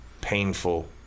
painful